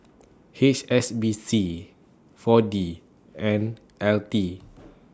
H S B C four D and L T